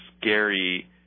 scary